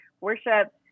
worship